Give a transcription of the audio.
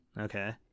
Okay